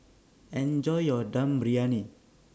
Enjoy your Dum Briyani